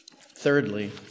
Thirdly